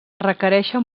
requereixen